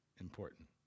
important